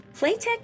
Playtech